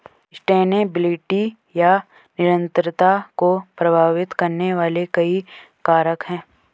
sustainability या निरंतरता को प्रभावित करने वाले कई कारक हैं